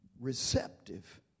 receptive